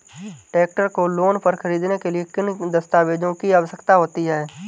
Tractor को loan पर खरीदने के लिए किन दस्तावेज़ों की आवश्यकता होती है?